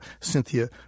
Cynthia